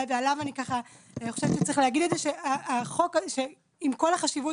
אני חושבת שצריך להגיד שעם כל החשיבות